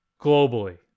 globally